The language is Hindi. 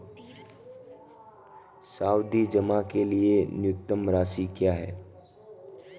सावधि जमा के लिए न्यूनतम राशि क्या है?